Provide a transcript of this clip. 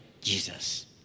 Jesus